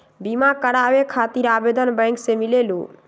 बिमा कराबे खातीर आवेदन बैंक से मिलेलु?